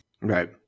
Right